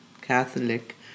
Catholic